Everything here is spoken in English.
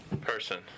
person